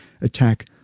attack